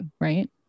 right